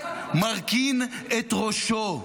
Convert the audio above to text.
מרכין את ראשו,